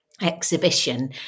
exhibition